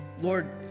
Lord